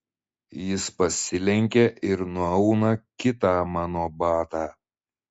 jis pasilenkia ir nuauna kitą mano batą